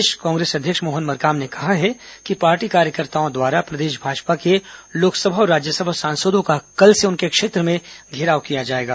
प्रदेश कांग्रेस अध्यक्ष मोहन मरकाम ने कहा है कि पार्टी कार्यकर्ताओं द्वारा प्रदेश भाजपा के लोकसभा और राज्यसभा सांसदों का कल से उनके क्षेत्र में घेराव किया जाएगा